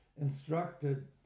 instructed